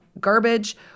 garbage